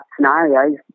scenarios